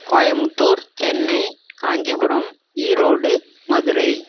Coimbatore Chennai Kanchipuram Erode Madurai